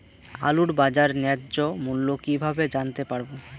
আলুর বাজার ন্যায্য মূল্য কিভাবে জানতে পারবো?